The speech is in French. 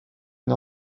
une